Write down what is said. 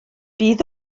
bydd